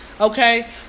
okay